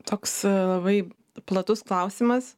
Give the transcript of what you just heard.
toks labai platus klausimas